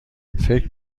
فکر